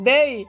Day